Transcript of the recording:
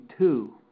two